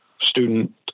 student